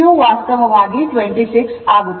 q ವಾಸ್ತವವಾಗಿ 26 ಆಗುತ್ತದೆ